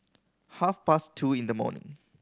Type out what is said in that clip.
half past two in the morning